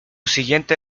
siguiente